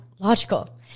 logical